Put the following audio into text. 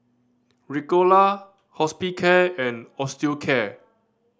Ricola Hospicare and Osteocare